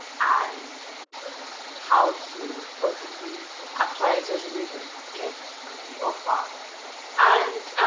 and how to possibly apply in such a way that you get the offer and